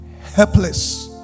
helpless